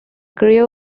grew